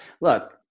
Look